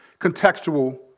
contextual